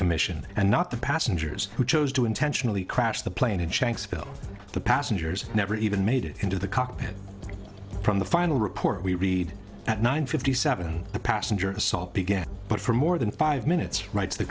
commission and not the passengers who chose to intentionally crash the plane in shanksville the passengers never even made it into the cockpit from the final report we read at nine fifty seven the passenger assault began but for more than five minutes rights the